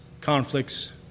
conflicts